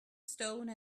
stone